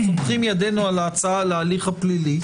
סומכים ידינו על ההצעה על ההליך הפלילי,